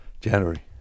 January